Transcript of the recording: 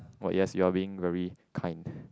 what yes you're being very kind